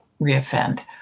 reoffend